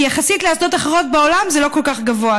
כי יחסית לאסדות אחרות בעולם זה לא כל כך גבוה,